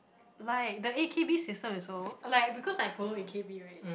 like the a_k_b system is so like because I follow a_k_b right